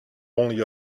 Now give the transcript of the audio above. only